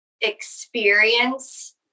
experience